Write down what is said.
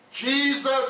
Jesus